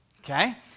Okay